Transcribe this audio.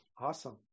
Awesome